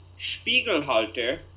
Spiegelhalter